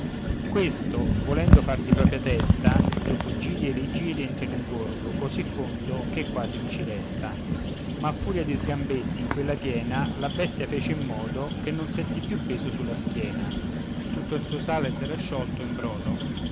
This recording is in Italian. questo volendo far di propria testa dopo giri e rigiri entra in un gorgo così fondo che quasi mi ci resta ma a furia di sgambetti in quella piena la bestia fece in modo che non sentì più peso sulla schiena tutto il suo sale s'era sciolto in brodo